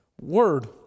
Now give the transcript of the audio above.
Word